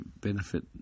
benefit